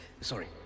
sorry